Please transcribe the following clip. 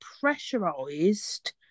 pressurized